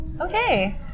Okay